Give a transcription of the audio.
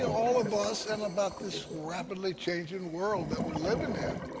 and all of us and about this rapidly changing world that we're living in,